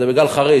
זה בגלל חריש,